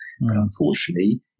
unfortunately